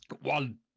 One